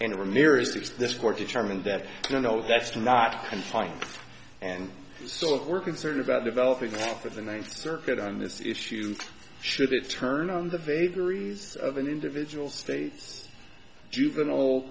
myristic this court determined that you know that's not confined and so we're concerned about developing for the ninth circuit on this issue should it turn on the vagaries of an individual state juvenile